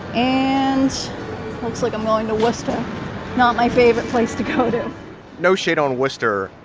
and looks like i'm going to worcester not my favorite place to go to no shade on worcester.